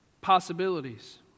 possibilities